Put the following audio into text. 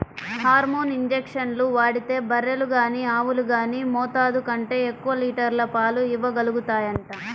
hormone ఇంజక్షన్లు వాడితే బర్రెలు గానీ ఆవులు గానీ మోతాదు కంటే ఎక్కువ లీటర్ల పాలు ఇవ్వగలుగుతాయంట